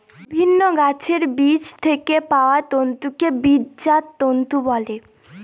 বিভিন্ন গাছের বীজ থেকে পাওয়া তন্তুকে বীজজাত তন্তু বলে